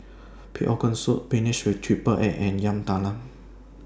Pig'S Organ Soup Spinach with Triple Egg and Yam Talam